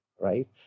right